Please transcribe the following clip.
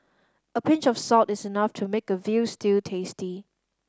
a pinch of salt is enough to make a veal stew tasty